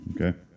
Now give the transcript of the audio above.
okay